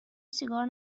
سیگار